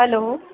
hello